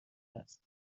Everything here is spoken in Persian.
است